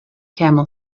camel